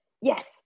Yes